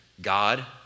God